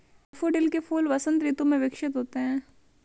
daffodil के फूल वसंत ऋतु में विकसित होते हैं